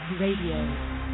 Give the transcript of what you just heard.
Radio